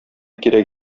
кирәк